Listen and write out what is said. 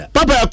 Papa